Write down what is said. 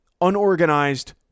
unorganized